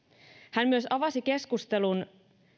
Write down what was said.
hän myös avasi keskustelun